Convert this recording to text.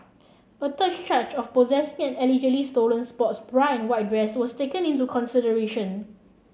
a third charge of possessing an allegedly stolen sports bra and white dress was taken into consideration